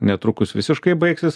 netrukus visiškai baigsis